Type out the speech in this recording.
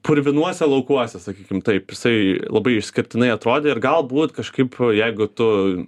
purvinuose laukuose sakykim taip jisai labai išskirtinai atrodė ir galbūt kažkaip jeigu tu